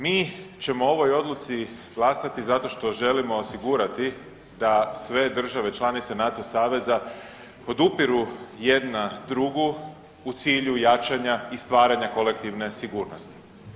Mi ćemo o ovoj odluci glasati zato što želimo osigurati da sve države članice NATO saveza podupiru jedna drugu u cilju jačanja i stvaranja kolektivne sigurnosti.